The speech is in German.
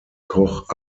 koch